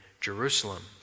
Jerusalem